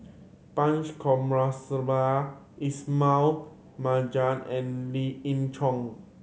Punch Coomaraswamy Ismail Marjan and Lien Ying Chow